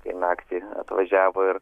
kai naktį atvažiavo ir